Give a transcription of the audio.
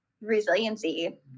resiliency